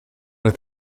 oedd